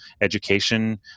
education